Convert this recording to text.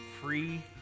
free